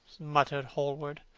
muttered hallward.